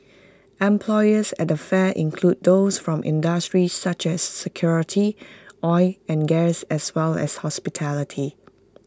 employers at the fair include those from industries such as security oil and gas as well as hospitality